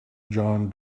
john